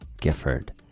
Gifford